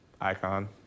Icon